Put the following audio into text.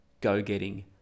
go-getting